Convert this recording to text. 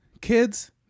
kids